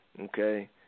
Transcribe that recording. Okay